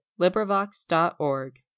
LibriVox.org